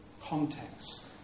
context